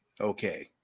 okay